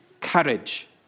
courage